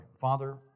Father